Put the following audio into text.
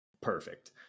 Perfect